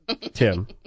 tim